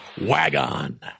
Wagon